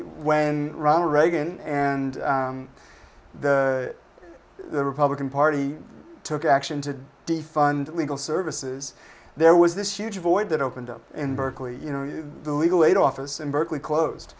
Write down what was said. when ronald reagan and the republican party took action to defund legal services there was this huge void that opened up in berkeley you know the legal aid office in berkeley closed